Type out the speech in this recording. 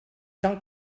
tal